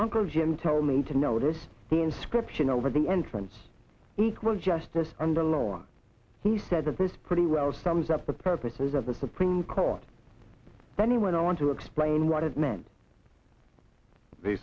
uncle jim tell me to notice the inscription over the entrance equal justice under law on he said that this pretty well sums up the purposes of the supreme court then he went on to explain what it me